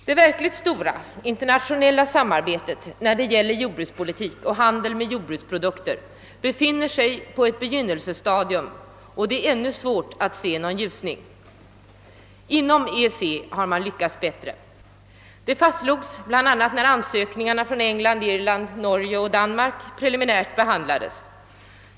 Det verkligt stora internationella samarbetet när det gäller jordbrukspolitik och handel med jordbruksprodukter befinner sig på ett begynnelsestadium, och det är ännu svårt att se någon ljusning. Inom EEC har man lyckats bättre — det fastslogs bl.a. när ansökningarna från England, Irland, Norge och Danmark preliminärt behandlades.